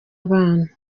abana